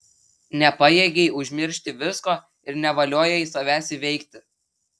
nepajėgei užmiršti visko ir nevaliojai savęs įveikti